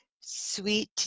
sweet